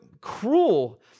cruel